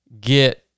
get